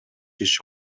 иши